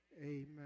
amen